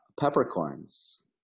peppercorns